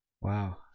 wow